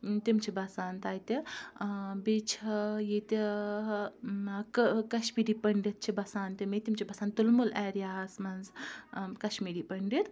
تِم چھِ بَسان تَتہِ بیٚیہِ چھِ ییٚتہِ کَشمیٖری پٔنڈِتت چھِ بَسان تِمے تِم چھِ بَسان تُلمُل ایریا ہَس منٛز کشمیٖری پٔنڈِت